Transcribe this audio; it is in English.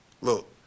look